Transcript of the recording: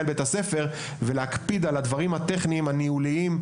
בית הספר ולהקפיד על הדברים הטכניים והניהוליים,